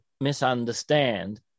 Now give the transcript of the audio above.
misunderstand